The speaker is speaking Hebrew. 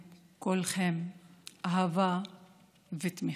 כולכם, אהבה ותמיכה.